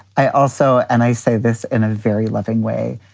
i also and i say this in a very loving way.